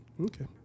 Okay